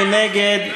מי נגד?